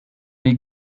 les